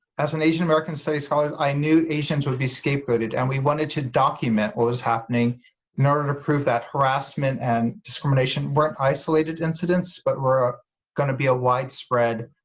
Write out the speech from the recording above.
as an asian american studies scholar i knew asians would be scapegoated and we wanted to document what was happening in order to prove that harassment and discrimination weren't isolated incidents, but were going to be a widespread,